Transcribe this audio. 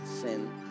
sin